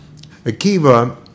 Akiva